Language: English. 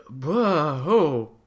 Whoa